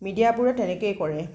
মিডিয়াবোৰে তেনেকৈয়ে কৰে